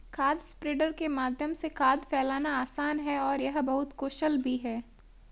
खाद स्प्रेडर के माध्यम से खाद फैलाना आसान है और यह बहुत कुशल भी है